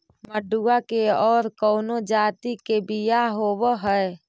मडूया के और कौनो जाति के बियाह होव हैं?